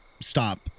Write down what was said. Stop